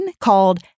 called